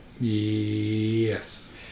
yes